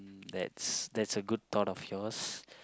that's that's a good thought of yours